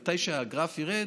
מתי שהגרף ירד,